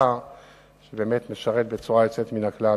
כנסת נכבדה,